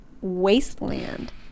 wasteland